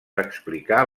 explicar